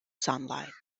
sunlight